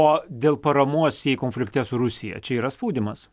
o dėl paramos jei konflikte su rusija čia yra spaudimas